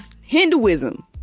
Hinduism